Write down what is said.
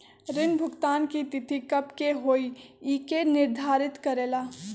ऋण भुगतान की तिथि कव के होई इ के निर्धारित करेला?